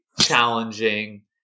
challenging